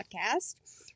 Podcast